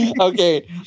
Okay